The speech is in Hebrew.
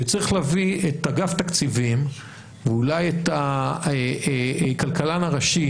וצריך להביא את אגף התקציבים ואולי את הכלכלן הראשי